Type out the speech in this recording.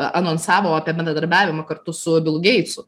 anonsavo apie bendradarbiavimą kartu su bilu geitsu